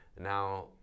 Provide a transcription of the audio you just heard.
Now